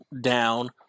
down